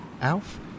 Alf